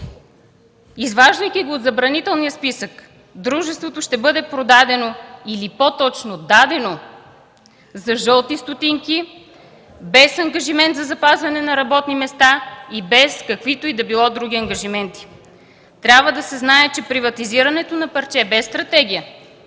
Изваждайки го от Забранителния списък, дружеството ще бъде продадено или по-точно дадено за жълти стотинки без ангажимент за запазване на работни места и без каквито и да било други ангажименти. Трябва да се знае, че приватизирането на парче, без стратегия,